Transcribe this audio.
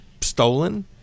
stolen